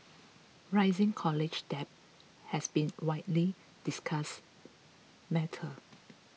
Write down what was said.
rising college debt has been widely discussed matter